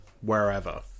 wherever